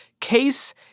case